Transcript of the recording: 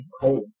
cold